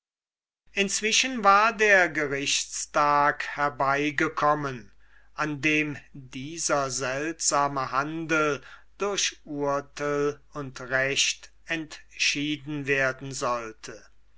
inzwischen war nun der gerichtstag herbeigekommen da dieser seltsame handel durch urtel und recht entschieden werden sollte